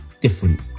different